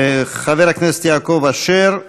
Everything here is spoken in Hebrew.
חבר הכנסת יעקב אשר.